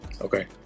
okay